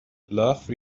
love